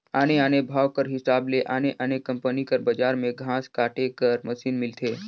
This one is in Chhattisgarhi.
आने आने भाव कर हिसाब ले आने आने कंपनी कर बजार में घांस काटे कर मसीन मिलथे